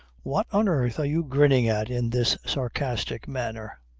what on earth are you grinning at in this sarcastic manner?